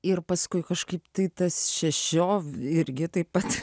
ir paskui kažkaip tai tas šešio irgi taip pat